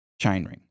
chainring